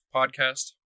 podcast